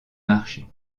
marché